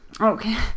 Okay